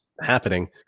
happening